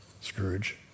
Scrooge